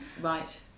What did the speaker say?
Right